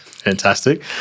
Fantastic